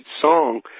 song